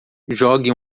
jogue